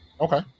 okay